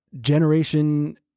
generation